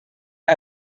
der